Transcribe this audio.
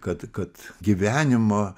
kad kad gyvenimą